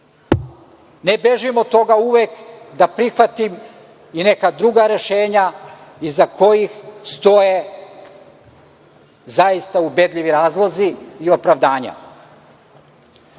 Ne bežimo od toga uvek da prihvatimo i neka druga rešenja iza kojih stoje zaista ubedljivi razlozi i opravdanja. Penzije